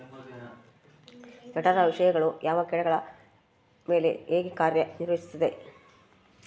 ಜಠರ ವಿಷಯಗಳು ಯಾವ ಕೇಟಗಳ ಮೇಲೆ ಹೇಗೆ ಕಾರ್ಯ ನಿರ್ವಹಿಸುತ್ತದೆ?